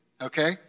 Okay